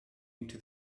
into